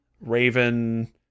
Raven